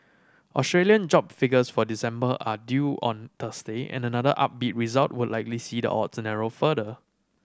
Australian job figures for December are due on Thursday and another upbeat result would likely see the odds narrow further